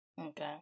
Okay